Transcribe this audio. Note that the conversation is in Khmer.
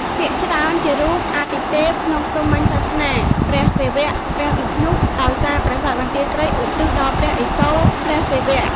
ភាគច្រើនជារូប អាទិទេពក្នុងព្រហ្មញ្ញសាសនា (ព្រះសិវៈ ព្រះវិស្ណុ) ដោយសារប្រាសាទបន្ទាយស្រីឧទ្ទិសដល់ព្រះឥសូរ (ព្រះសិវៈ)។